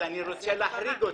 אז אני רוצה להחריג אותם?